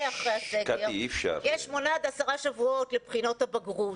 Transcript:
אחרי הסגר יהיו שמונה עד 10 שבועות לבחינות הבגרות.